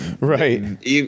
right